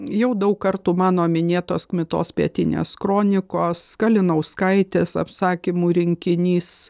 jau daug kartų mano minėtos kmitos pietinės kronikos kalinauskaitės apsakymų rinkinys